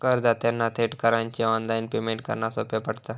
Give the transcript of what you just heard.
करदात्यांना थेट करांचे ऑनलाइन पेमेंट करना सोप्या पडता